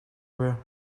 wear